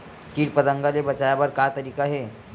कीट पंतगा ले बचाय बर का तरीका हे?